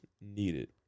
needed